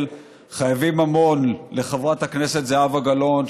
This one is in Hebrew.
חייבים המון לחברת הכנסת זהבה גלאון,